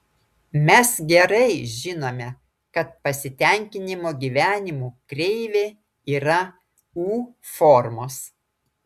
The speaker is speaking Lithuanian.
mes gerai žinome kad pasitenkinimo gyvenimu kreivė yra u formos